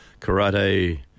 karate